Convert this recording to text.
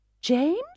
James